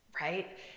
right